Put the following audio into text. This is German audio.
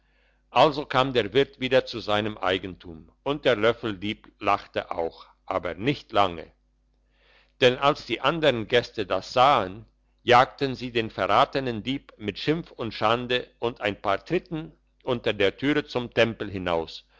also kam der wirt wieder zu seinem eigentum und der löffeldieb lachte auch aber nicht lange denn als die andern gäste das sahen jagten sie den verratenen dieb mit schimpf und schande und ein paar tritten unter der türe zum tempel hinaus